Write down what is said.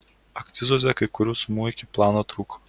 akcizuose kai kurių sumų iki plano trūko